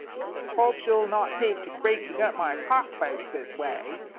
hope she'll not take to breaking up my cock-fights this way,